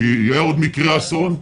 שיהיה עוד אסון?